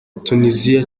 tuniziya